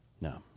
no